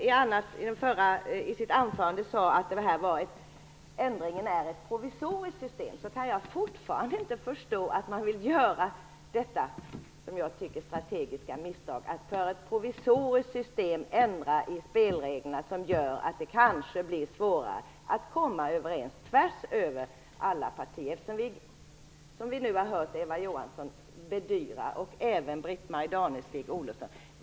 I sitt anförande sade Eva Johansson att ändringen innebär ett provisoriskt system. Jag kan fortfarande inte förstå att man vill göra detta som jag tycker strategiska misstag, att införa ett provisoriskt system och ändra i spelreglerna på ett sätt som gör att det kanske blir svårare att komma överens över partigränserna. Vi har ju nu hört Eva Johansson och även Britt-Marie Danestig-Olofsson bedyra att det är meningen.